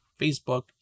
Facebook